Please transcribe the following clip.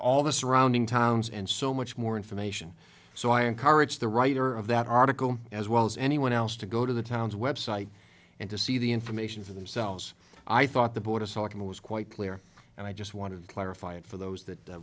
all the surrounding towns and so much more information so i encourage the writer of that article as well as anyone else to go to the town's website and to see the information for themselves i thought the board of selectmen was quite clear and i just want to clarify it for those that